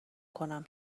کنم